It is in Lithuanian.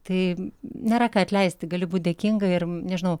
tai nėra ką atleisti gali būt dėkinga ir nežinau